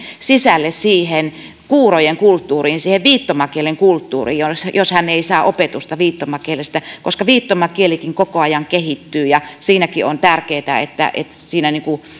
sisälle siihen kuurojen kulttuuriin siihen viittomakielen kulttuurin jos hän ei saa opetusta viittomakielestä koska viittomakielikin koko ajan kehittyy ja siinäkin on tärkeätä että että siinä